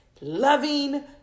loving